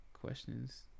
questions